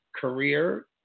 career